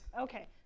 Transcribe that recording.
Okay